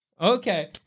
Okay